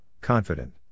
confident